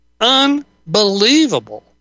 Unbelievable